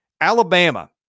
Alabama